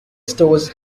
stores